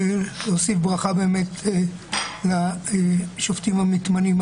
אוסיף ברכה לשופטים המתמנים.